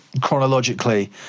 chronologically